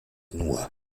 nur